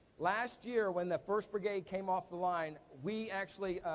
last year, when the first brigade came off the line, we actually,